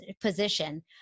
position